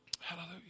Hallelujah